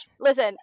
Listen